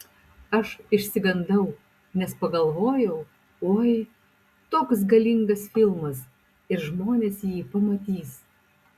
aš išsigandau nes pagalvojau oi toks galingas filmas ir žmonės jį pamatys